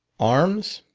arms?